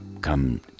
come